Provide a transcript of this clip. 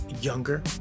younger